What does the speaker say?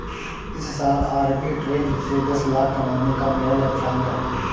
इस साल arbitrage से दस लाख कमाने का मेरा लक्ष्यांक है